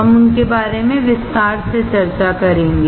हम उनके बारे में विस्तार से चर्चा करेंगे